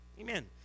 amen